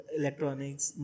electronics